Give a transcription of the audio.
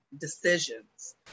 decisions